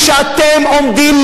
בבקשה שקט, שקט באולם.